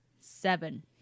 Seven